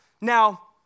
Now